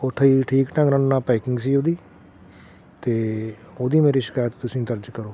ਉਹ ਠਈ ਠੀਕ ਢੰਗ ਨਾਲ ਨਾ ਪੈਕਿੰਗ ਸੀ ਉਹਦੀ ਤੇ ਉਹਦੀ ਮੇਰੀ ਸ਼ਿਕਾਇਤ ਤੁਸੀਂ ਦਰਜ਼ ਕਰੋ